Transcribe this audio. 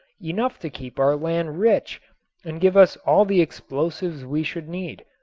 enough to keep our land rich and give us all the explosives we should need.